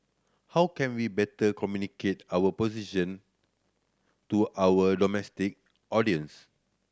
how can we better communicate our position to our domestic audience